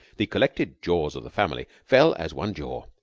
the collected jaws of the family fell as one jaw.